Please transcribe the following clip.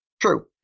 True